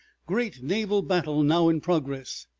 great naval battle now in progress.